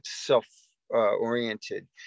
self-oriented